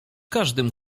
każdym